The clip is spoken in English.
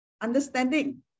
understanding